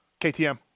KTM